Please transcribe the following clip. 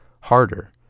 harder